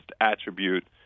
attribute